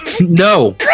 No